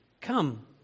Come